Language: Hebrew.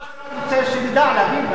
לא, אני רק רוצה שנדע, להבין.